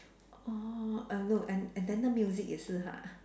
orh err no and and then the music 也是啦 ha